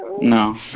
no